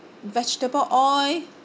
vegetable oil